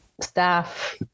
staff